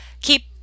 keep